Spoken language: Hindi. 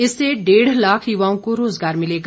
इससे डेढ लाख युवाओं को रोजगार मिलेगा